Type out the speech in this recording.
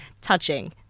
touching